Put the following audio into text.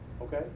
Okay